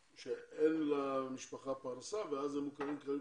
שאין למשפחה פרנסה ואז הם מוכרים כחיילים